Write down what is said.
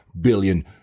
billion